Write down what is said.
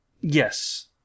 Yes